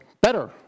better